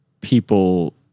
people